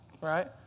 right